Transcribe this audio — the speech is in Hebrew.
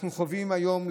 אנחנו חווים היום,